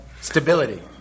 stability